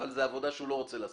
אבל זאת עבודה שהוא לא רוצה לעשות,